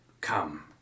come